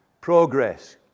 progress